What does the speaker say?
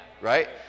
right